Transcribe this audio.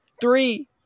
Three